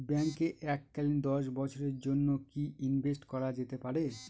ব্যাঙ্কে এককালীন দশ বছরের জন্য কি ইনভেস্ট করা যেতে পারে?